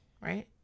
right